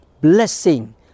blessing